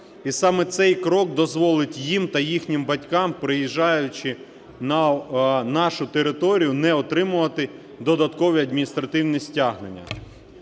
І саме цей крок дозволить їм та їхнім батькам, приїжджаючи на нашу територію, не отримувати додаткові адміністративні стягнення.